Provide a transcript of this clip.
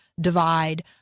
divide